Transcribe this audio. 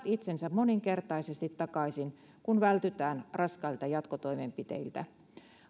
itsensä moninkertaisesti takaisin kun vältytään raskailta jatkotoimenpiteiltä